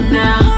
now